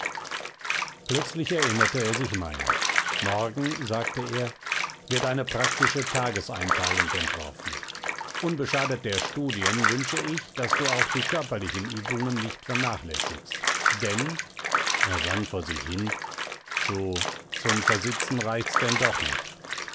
plötzlich erinnerte er sich meiner morgen sagte er wird eine praktische tageseinteilung entworfen unbeschadet der studien wünsche ich daß du auch die körperlichen übungen nicht vernachlässigst denn er sann vor sich hin zu zum versitzen reicht's denn doch nicht